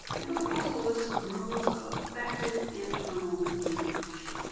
the book also lists some rules of effective internal communication.